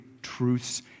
truths